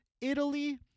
italy